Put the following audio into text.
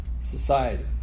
society